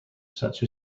such